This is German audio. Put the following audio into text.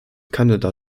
kanada